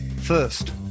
First